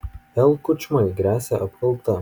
l kučmai gresia apkalta